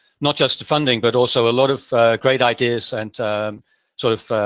not just the funding, but also a lot of great ideas and sort of,